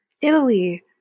Italy